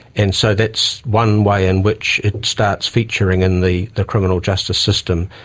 and so that's one way in which it starts featuring in the the criminal justice system.